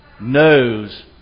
knows